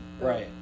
Right